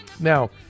Now